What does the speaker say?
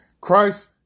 Christ